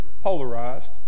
polarized